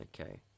Okay